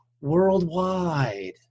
worldwide